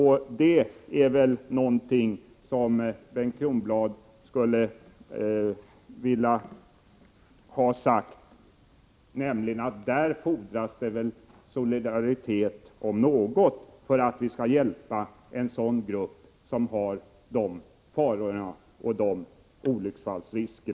Här fordras det verkligen solidaritet — som Bengt Kronblad borde kunna tala om — för att hjälpa denna grupp, med dessa faror och olycksfallsrisker.